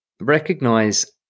recognize